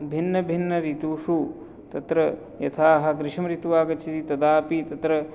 भिन्न भिन्न ऋतुषु तत्र यथाः ग्रीष्म ऋतु आगच्छति तदा अपि तत्र